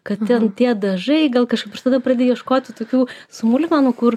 kad ten tie dažai gal kažkaip ir tada pradedi ieškoti tokių smulkmenų kur